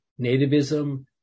nativism